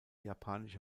japanische